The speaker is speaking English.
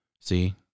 See